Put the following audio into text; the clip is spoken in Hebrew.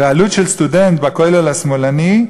ועלות של סטודנט ב"כולל השמאלני",